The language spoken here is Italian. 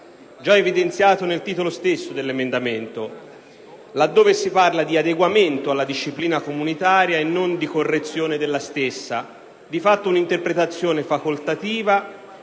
già evidenziato nel titolo stesso dell'emendamento, laddove si parla di adeguamento alla disciplina comunitaria e non di correzione della stessa; di fatto, un'interpretazione facoltativa,